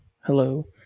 hello